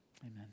Amen